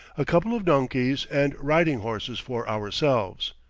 a couple of donkeys, and riding horses for ourselves.